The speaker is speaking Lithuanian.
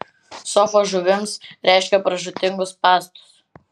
sofa žuvims reiškia pražūtingus spąstus